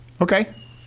okay